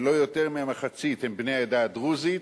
ולא יותר מהמחצית הם בני העדה הדרוזית.